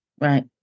Right